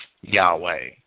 Yahweh